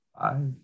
five